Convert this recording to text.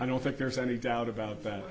i don't think there's any doubt about that